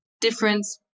difference